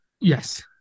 Yes